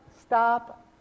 stop